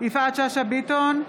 יפעת שאשא ביטון,